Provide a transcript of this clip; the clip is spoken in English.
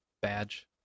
badge